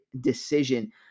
decision